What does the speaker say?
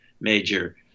major